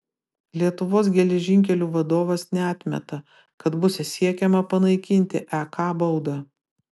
lietuvos geležinkelių vadovas neatmeta kad bus siekiama panaikinti ek baudą